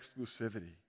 exclusivity